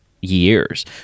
years